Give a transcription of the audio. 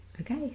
Okay